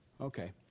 Okay